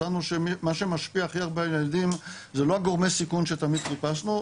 מצאנו שמה שמשפיע הכי הרבה על ילדים אלו לא גורמי הסיכון שתמיד חיפשנו,